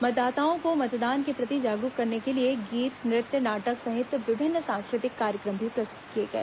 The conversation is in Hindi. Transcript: मतदाताओं को मतदान के प्रति जागरूक करने के लिए गीत नृत्य नाटक सहित विभिन्न सांस्कृतिक कार्यक्रम भी प्रस्तुत किए गए